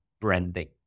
branding